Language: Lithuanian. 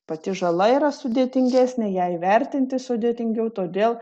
pati žala yra sudėtingesnė ją įvertinti sudėtingiau todėl